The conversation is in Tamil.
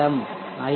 M I